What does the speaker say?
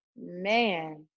Man